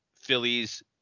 Phillies